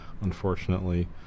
Unfortunately